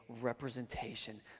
representation